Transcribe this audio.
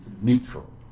neutral